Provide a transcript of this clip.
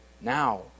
now